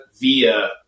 via